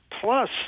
Plus